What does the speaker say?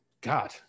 God